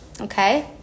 okay